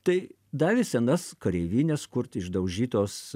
tai davė senas kareivines kurti išdaužytos